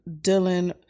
Dylan